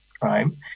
crime